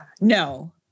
No